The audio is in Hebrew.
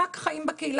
רק חיים בקהילה,